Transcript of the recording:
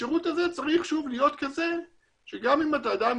השירות הזה צריך להיות כזה שגם אם אתה אדם עם